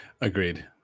agreed